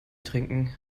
trinken